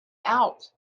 out